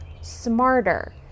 smarter